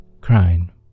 crying